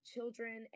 Children